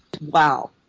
Wow